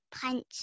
punch